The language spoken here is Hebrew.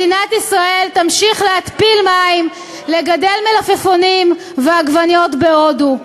מדינת ישראל תמשיך להתפיל מים ולגדל מלפפונים ועגבניות בהודו.